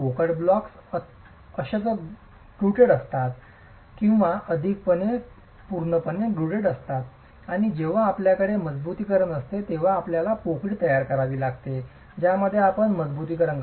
पोकळ ब्लॉक्स अंशतः ग्रुटेड असतात किंवा कधीकधी पूर्णपणे ग्रुटेड असतात आणि जेव्हा आपल्याकडे मजबुतीकरण असते तेव्हा आपल्याला पोकळी तयार करावी लागते ज्यामध्ये आपण मजबुतीकरण करता